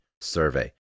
survey